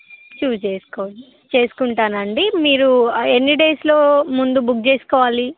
shoe చేసుకో చేసుకుంటానండి మీరు ఎన్ని డేస్లో ముందు బుక్ చేసుకోవాలి